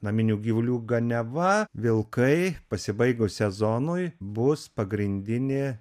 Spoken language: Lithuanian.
naminių gyvulių ganiava vilkai pasibaigus sezonui bus pagrindinė